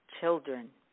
children